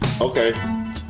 okay